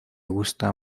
gusta